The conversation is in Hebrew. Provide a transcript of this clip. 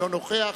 אינו נוכח,